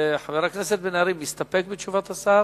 חבר הכנסת בן-ארי, מסתפק בתשובת השר?